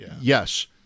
Yes